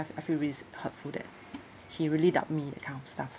I I feel is hurtful that he really doubt me that kind of stuff